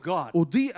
God